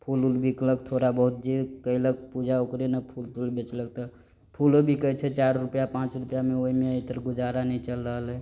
फूल उल बिकलक थोड़ा बहुत जे कैलक पूजा ओकरे न फूल तूल बेचलक त फूलो बिकै छै चाइर रुपैया पाँच रुपैया मे ओइमे अइतर गुजारा नै चैल रहल है